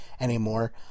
Anymore